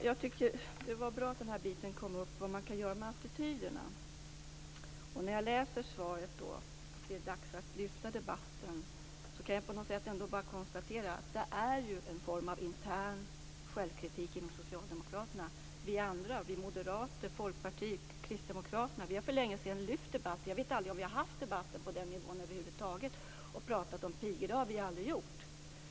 Herr talman! Det var bra att frågan om attityderna kom upp. I svaret står det att det är dags att lyfta debatten. Då kan jag bara konstatera att det behövs någon form av intern självkritik inom socialdemokraterna. Vi andra - moderater, folkpartister och kristdemokrater - har för länge sedan lyft debatten. Jag vet aldrig att vi över huvud taget har fört debatten på den låga nivån och talat om pigor, det har vi aldrig gjort.